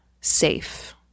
safe